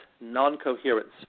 non-coherence